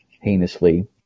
heinously